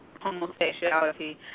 homosexuality